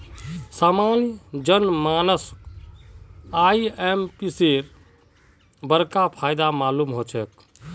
सामान्य जन मानसक आईएमपीएसेर बडका फायदा मालूम ह छेक